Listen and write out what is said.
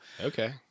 Okay